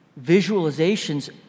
visualizations